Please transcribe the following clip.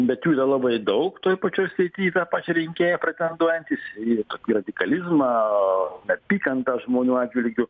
bet jų yra labai daug toj pačioj srity į tą pačią rinkėją pretenduojantys į į radikalizmą neapykantą žmonių atžvilgiu